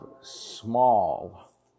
small